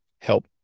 help